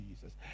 Jesus